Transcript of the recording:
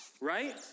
right